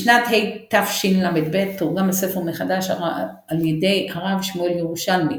בשנת התשל"ב תורגם הספר מחדש על ידי הרב שמואל ירושלמי,